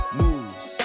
moves